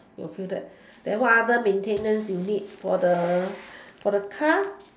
you'll feel that then what other maintenance you need for the for the car